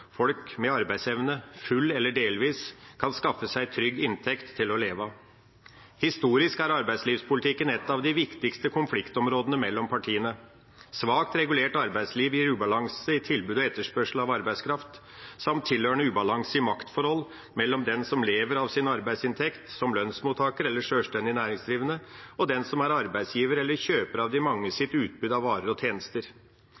folk med arbeidsevne, full eller delvis, kan skaffe seg trygg inntekt til å leve av. Historisk er arbeidslivspolitikken et av de viktigste konfliktområdene mellom partiene. Svakt regulert arbeidsliv gir ubalanse i tilbud og etterspørsel av arbeidskraft samt tilhørende ubalanse i maktforhold mellom den som lever av sin arbeidsinntekt, som lønnsmottaker eller sjølstendig næringsdrivende, og den som er arbeidsgiver eller kjøper av de